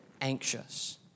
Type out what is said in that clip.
anxious